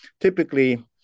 typically